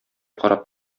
карап